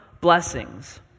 blessings